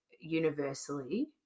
universally